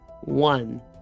one